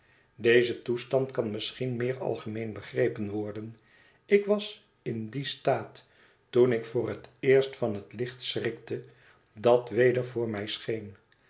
deze toestand kan misschien meer algemeen begrepen worden ik was in dien staat toen ik voor het eerst van het licht schrikte dat weder voor mij scheen